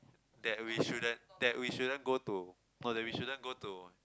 that we shouldn't that we shouldn't go to or that we shouldn't go to